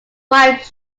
wife